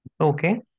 Okay